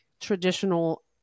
traditional